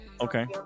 Okay